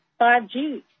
5G